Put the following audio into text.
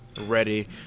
ready